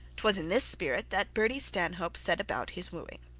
twas in this spirit that bertie stanhope set about his wooing.